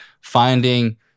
finding